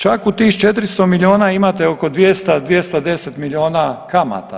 Čak u tih 400 milijuna imate oko 200, 210 milijuna kamata.